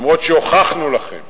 למרות שהוכחנו לכם